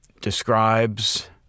describes